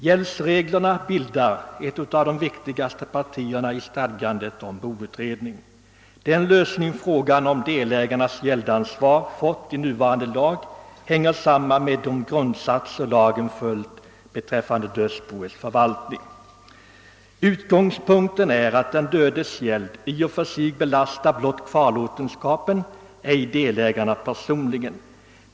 Gäldsreglerna bildar ett av de viktigaste partierna i stadgandena om boutredning. Den lösning frågan om delägarnas gäldansvar fått i nuvarande lag hänger samman med de grundsatser man i lagen följt beträffande dödsboets förvaltning. Utgångspunkten är att den dödes gäld i och för sig belastar blott kvarlåtenskapen, ej delägarna personligen.